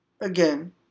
Again